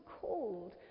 called